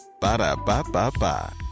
Ba-da-ba-ba-ba